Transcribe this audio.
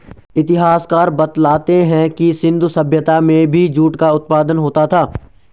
इतिहासकार बतलाते हैं कि सिन्धु सभ्यता में भी जूट का उत्पादन होता था